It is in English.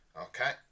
Okay